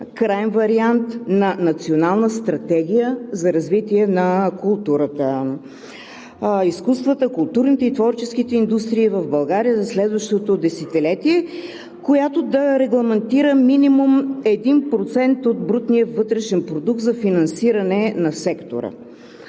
краен вариант на Национална стратегия за развитие на културата, изкуствата, културните и творческите индустрии в България за следващото десетилетие, която да регламентира минимум 1% от брутния вътрешен продукт за финансиране на сектора.